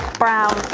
brown